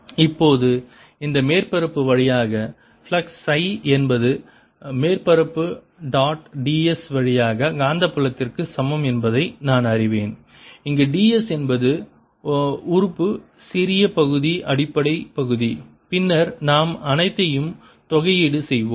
LI12Iϕ இப்போது இந்த மேற்பரப்பு வழியாக ஃப்ளக்ஸ் சை என்பது மேற்பரப்பு டாட் ds வழியாக காந்தப்புலத்திற்கு சமம் என்பதை நான் அறிவேன் இங்கு ds என்பது உறுப்பு சிறிய பகுதி அடிப்படை பகுதி பின்னர் நாம் அனைத்தையும் தொகையீடு செய்வோம்